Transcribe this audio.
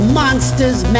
monsters